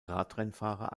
radrennfahrer